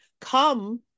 come